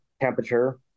temperature